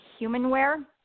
Humanware